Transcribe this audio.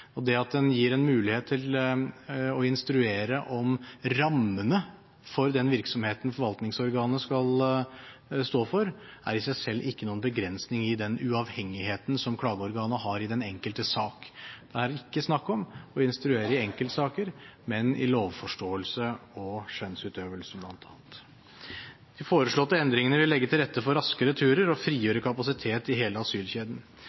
og det at en gir en mulighet til å instruere om rammene for den virksomheten forvaltningsorganet skal stå for, er i seg selv ikke noen begrensning i den uavhengigheten som klageorganet har i den enkelte sak. Det er ikke snakk om å instruere i enkeltsaker, men i lovforståelse og skjønnsutøvelse bl.a. De foreslåtte endringene vil legge til rette for raske returer og frigjøre kapasitet i hele asylkjeden.